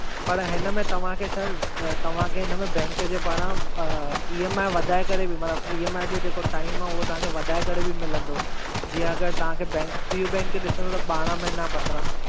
पर हिन में तव्हां खे सर तव्हां खे हिन बैंक जे पारां ई एम आई वधाए करे बि मतिलबु ई एम आई जा जेको टाइम आहे उहो तव्हां खे वधाए करे बि मिलंदो जीअं अगरि तव्हां खे बैंक पी यू बैंक ॾिसंदो त आहे ॿारहं महिना पंद्रहं महिना